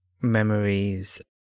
memories